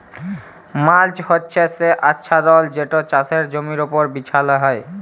mulch হছে সে আচ্ছাদল যেট চাষের জমির উপর বিছাল হ্যয়